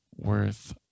worth